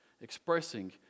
expressing